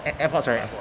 a~ AirPods right